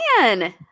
man